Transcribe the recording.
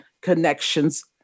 connections